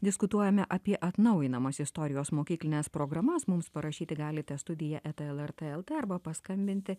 diskutuojame apie atnaujinamas istorijos mokyklines programas mums parašyti galite studija eta lrt lt arba paskambinti